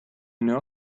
know